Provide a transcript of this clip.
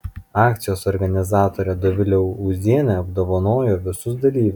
akcijos organizatorė dovilė ūzienė apdovanojo visus dalyvius